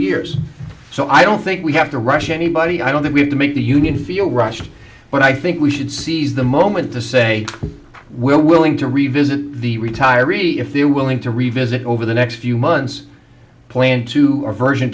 years so i don't think we have to rush anybody i don't think we have to make the union feel rushed but i think we should seize the moment to say we're willing to revisit the retiree if they're willing to revisit over the next few months play into our version